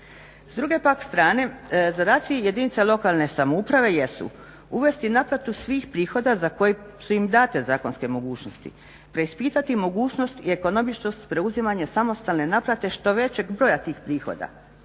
S druge pak strane zadaci jedinica lokalne samouprave jesu uvesti naplatu svih prihoda za koje su im dane zakonske mogućnosti, preispitati mogućnost i ekonomičnost preuzimanja samostalne naplate što većeg broja tih prihoda,